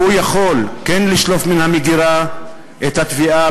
והוא יכול כן לשלוף מן המגירה את התביעה